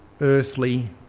earthly